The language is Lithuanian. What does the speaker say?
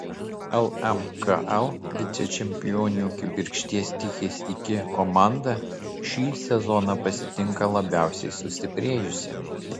lmkl vicečempionių kibirkšties tichės iki komanda šį sezoną pasitinka labiausiai sustiprėjusi